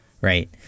Right